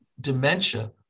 dementia